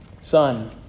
Son